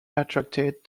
attracted